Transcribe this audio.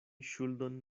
ŝuldon